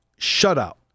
shutout